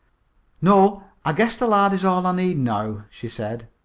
no, i guess the lard is all i need now, she said.